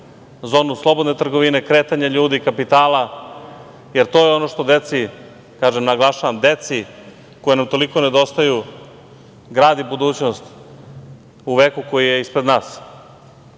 zonu slobodne trgovine, kretanja ljudi, kapitala, jer to je ono što deci, naglašavam deci, koja nam toliko nedostaju, gradi budućnost u veku koji je ispred